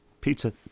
pizza